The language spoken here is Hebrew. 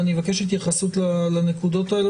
ואני אבקש התייחסות לנקודות האלה.